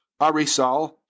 Arisal